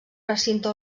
recinte